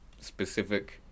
specific